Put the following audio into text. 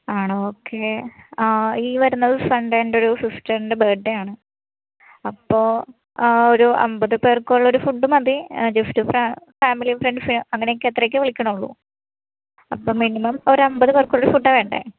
ആണോ ഓക്കെ ആ ഈ വരുന്നത് സൺഡെ എൻറ്റെയൊരു സിസ്റ്റർന്റെ ബേത്ഡെയാണ് അപ്പോൾ ആ ഒരു അൻപത് പേർക്കുള്ളൊരു ഫുഡ്ഡ് മതി ജസ്റ്റ് ഫാ ഫാമിലി ഫ്രെണ്ട്സ്സ് അങ്ങനക്കെ അത്രയക്കെ വിളിക്കണുള്ളു അപ്പം മിനിമം ഒരു അൻപത് പേർക്കുള്ള ഫുഡ്ഡ വേണ്ടെ